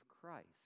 Christ